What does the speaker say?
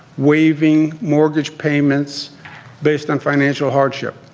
waiving mortgage payments based on financial hardship,